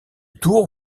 tour